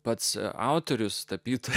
pats autorius tapyti